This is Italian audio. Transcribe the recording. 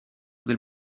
del